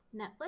Netflix